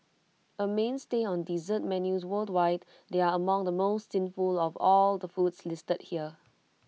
A mainstay on dessert menus worldwide they are among the most sinful of all the foods listed here